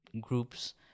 groups